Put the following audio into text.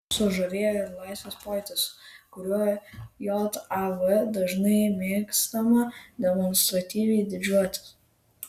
sužavėjo ir laisvės pojūtis kuriuo jav dažnai mėgstama demonstratyviai didžiuotis